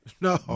no